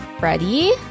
Ready